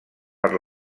per